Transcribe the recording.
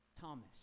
Thomas